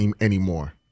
anymore